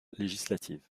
législative